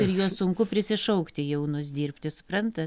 ir juos sunku prisišaukti jaunus dirbti supranta